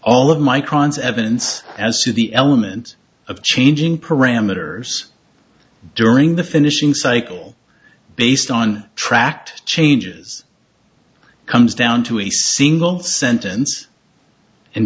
all of micron's evidence as to the elements of changing parameters during the finishing cycle based on tracked changes comes down to a single sentence and